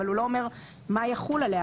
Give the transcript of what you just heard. אבל הוא לא אומר מה יחול עליה.